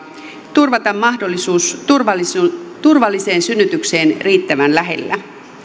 turvata mahdollisuus turvalliseen turvalliseen synnytykseen riittävän lähellä